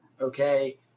Okay